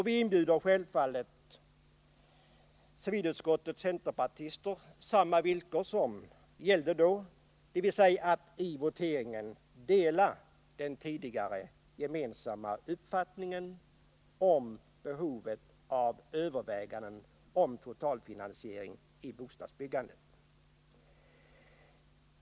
Vi erbjuder självfallet civilutskottets centerpartister samma villkor som gällde då — dvs. att vid voteringen dela den tidigare gemensamma uppfattningen om behovet av överväganden om totalfinansiering av bostadsbyggandet.